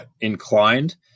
inclined